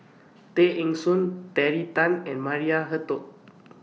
Tay Eng Soon Terry Tan and Maria Hertogh